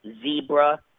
Zebra